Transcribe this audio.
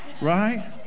Right